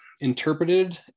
interpreted